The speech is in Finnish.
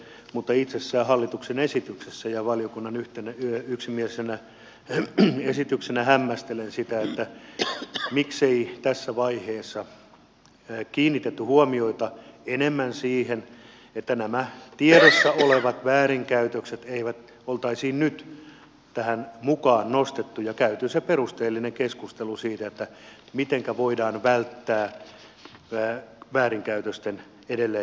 mutta itsessään hallituksen esityksessä ja valiokunnan yhtenä yksimielisenä esityksenä hämmästelen sitä miksei tässä vaiheessa kiinnitetty huomiota enemmän siihen että nämä tiedossa olevat väärinkäytökset oltaisiin nyt tähän mukaan nostettu ja käyty se perusteellinen keskustelu siitä mitenkä voidaan välttää väärinkäytösten edelleen jatkuminen